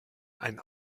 ein